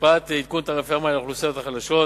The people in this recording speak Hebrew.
השפעת עדכון תעריפי המים על האוכלוסיות החלשות,